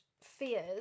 fears